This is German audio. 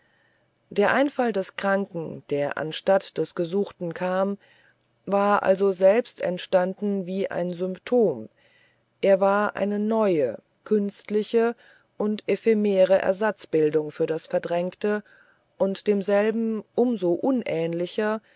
der einfall des kranken der anstatt des gesuchten kam war also selbst entstanden wie ein symptom er war eine neue künstliche und ephemere ersatzbildung für das verdrängte und demselben um so unähnlicher